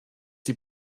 die